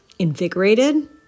invigorated